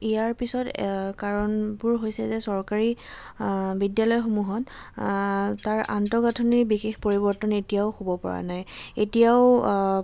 ইয়াৰ পিছত কাৰণবোৰ হৈছে যে চৰকাৰী বিদ্যালয়সমূহত তাৰ আন্তঃগাঁথনিৰ বিশেষ পৰিৱৰ্তন এতিয়াও হ'ব পৰা নাই এতিয়াও